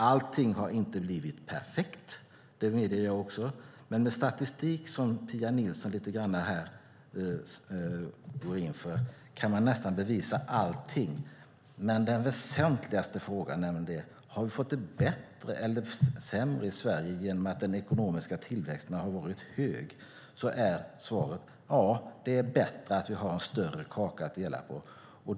Allting har inte blivit perfekt - det medger jag också. Med den statistik som Pia Nilsson går in för här kan man nästan bevisa allting. Men på den mest väsentliga frågan, nämligen om vi har fått det bättre eller sämre i Sverige genom att den ekonomiska tillväxten har varit hög, är svaret: Ja, det är bättre att vi har en större kaka att dela på.